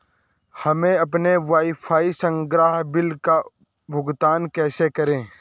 हम अपने वाईफाई संसर्ग बिल का भुगतान कैसे करें?